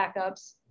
backups